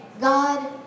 God